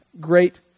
great